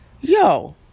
Yo